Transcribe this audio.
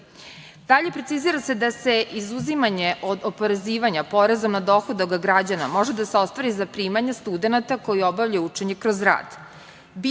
celini. Dalje, precizira se izuzimanje od oporezivanja poreza na dohodak građana, može da se ostvari za primanja studenata koji obavljaju učenje kroz rad.